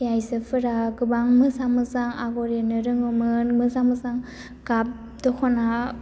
नि आइजोफोरा गोबां मोजां मोजां आगर एरनो रोङोमोन मोजां मोजां गाब दख'ना